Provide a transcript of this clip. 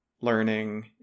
learning